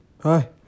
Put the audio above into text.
Hi